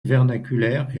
vernaculaire